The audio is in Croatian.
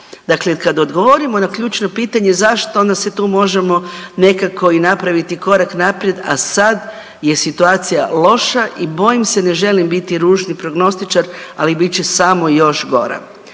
Dakle kad govorimo na ključno pitanje zašto, onda se tu možemo nekako i napraviti korak naprijed, a sad je situacija loša i bojim se, ne želim biti ružni prognostičar, ali bit će samo još gora.